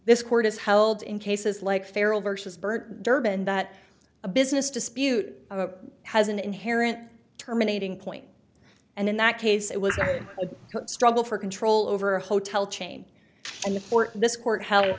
this court is held in cases like feral versus bird durban that a business dispute has an inherent terminating point and in that case it was a struggle for control over a hotel chain and the court